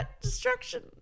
destruction